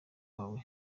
wawe